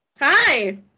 Hi